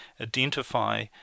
identify